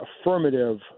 affirmative